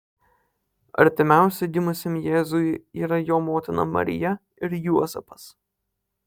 artimiausi gimusiam jėzui yra jo motina marija ir juozapas